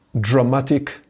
dramatic